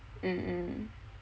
mm mm